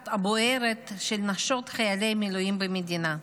הבוערת של נשות חיילי המילואים במדינה.